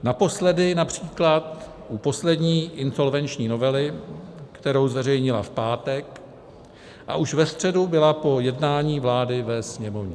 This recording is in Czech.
Naposledy například u poslední insolvenční novely, kterou zveřejnila v pátek, a už ve středu byla po jednání vlády ve Sněmovně.